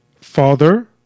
Father